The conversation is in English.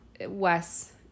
Wes